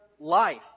Life